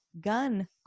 gun